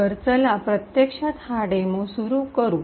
तर चला प्रत्यक्षात हा डेमो सुरू करू